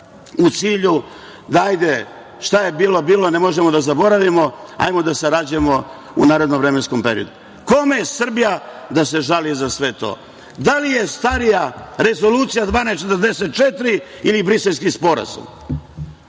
u cilju da hajde, šta je bilo, bilo je, ne možemo da zaboravimo, ajmo da sarađujemo u narednom vremenskom periodu. Kome Srbija da se žali za sve to? Da li je starija Rezolucija 1244 ili Briselski sporazum?